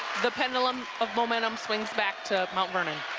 the pendulum of momentum swings back to mount vernon.